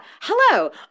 Hello